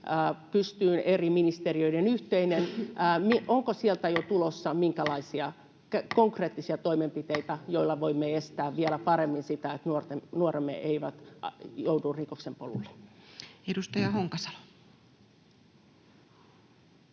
Se on eri ministeriöiden yhteinen. Onko sieltä jo tulossa minkälaisia konkreettisia toimenpiteitä, joilla voimme estää vielä paremmin sitä, että nuoremme eivät joudu rikoksen polulle? [Speech 272]